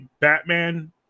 Batman